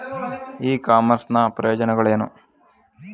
E commerce ನ ಪ್ರಯೋಜನಗಳೇನು?